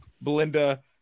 Belinda